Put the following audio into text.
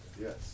Yes